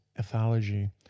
ethology